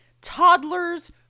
toddlers